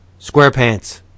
SquarePants